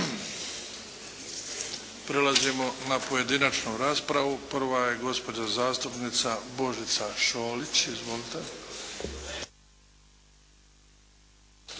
Prelazimo na pojedinačnu raspravu. Prva je gospođa zastupnica Božica Šolić. Izvolite.